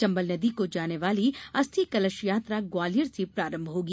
चम्बल नदी को जाने वाली अस्थि कलश यात्रा ग्वालियर से प्रारम्म होगी